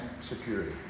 security